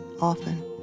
often